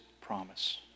promise